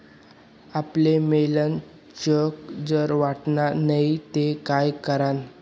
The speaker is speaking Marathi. आपले मियेल चेक जर वटना नै ते काय करानं?